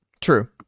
True